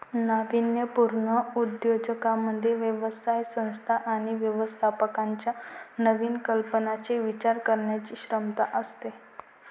नाविन्यपूर्ण उद्योजकांमध्ये व्यवसाय संस्था आणि व्यवस्थापनाच्या नवीन कल्पनांचा विचार करण्याची क्षमता असते